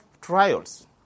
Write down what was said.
trials